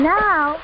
now